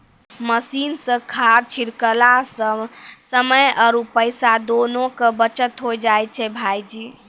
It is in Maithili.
मशीन सॅ खाद छिड़कला सॅ समय आरो पैसा दोनों के बचत होय जाय छै भायजी